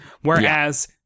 whereas